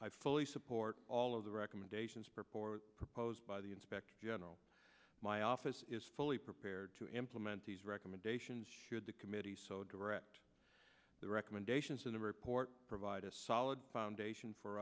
i fully support all of the recommendations purport proposed by the inspector general my office is fully prepared to implement these recommendations should the committee so direct the recommendations in the report provide a solid foundation for